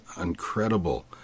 incredible